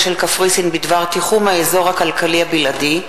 של קפריסין בדבר תיחום האזור הכלכלי הבלעדי.